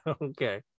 Okay